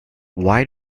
why